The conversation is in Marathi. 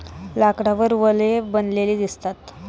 लाकडावर वलये बनलेली दिसतात